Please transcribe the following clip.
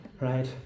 right